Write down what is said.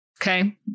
Okay